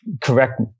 correct